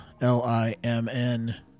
L-I-M-N